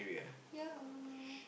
ya